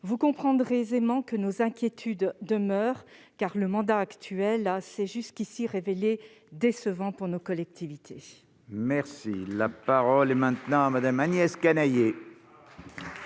Vous le comprendrez aisément : nos inquiétudes demeurent, car la mandature actuelle s'est jusqu'ici révélée décevante pour nos collectivités. La parole est à Mme Agnès Canayer.